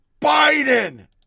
biden